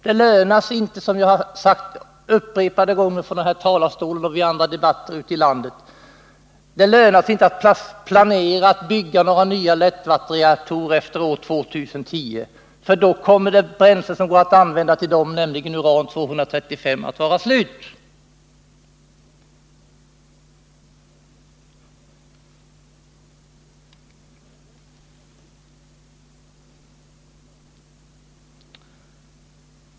Det lönar sig inte, som jag har sagt upprepade gånger från denna talarstol och i andra debatter ute i landet, att planera att bygga några nya lättvattenreaktorer efter år 2010, för då kommer det bränsle som går att använda till dem, uran 235, att vara slut.